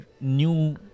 new